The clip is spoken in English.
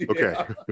Okay